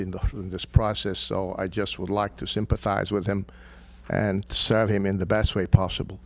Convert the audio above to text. in the open this process so i just would like to sympathize with him and sat him in the best way possible